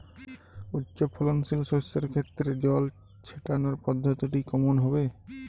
উচ্চফলনশীল শস্যের ক্ষেত্রে জল ছেটানোর পদ্ধতিটি কমন হবে?